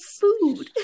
food